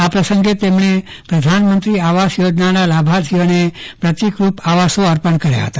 આ પ્રસંગે તેમણે પ્રધાનમંત્રી આવાસ યોજનાના લાભાર્થીઓને પ્રતિકરૂપે આવાસો અર્પણ કર્યા હતા